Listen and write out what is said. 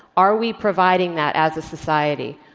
are we providing that as a society?